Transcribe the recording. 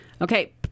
okay